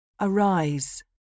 arise